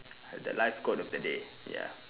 the life quote of the day ya